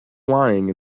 lying